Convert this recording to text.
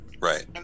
Right